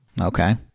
okay